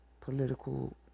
political